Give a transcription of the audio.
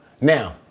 Now